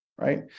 Right